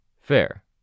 Fair